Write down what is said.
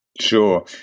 Sure